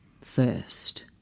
first